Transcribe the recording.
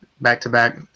back-to-back